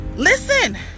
Listen